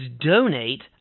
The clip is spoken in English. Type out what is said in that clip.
donate